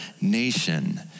nation